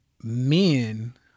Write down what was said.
men